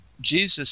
Jesus